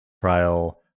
trial